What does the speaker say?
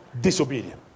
Disobedience